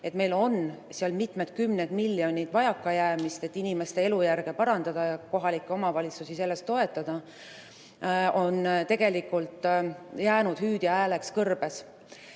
et meil jääb mitmeid kümneid miljoneid eurosid vajaka, et inimeste elujärge parandada ja kohalikke omavalitsusi selles toetada, on tegelikult jäänud hüüdja hääleks kõrbes.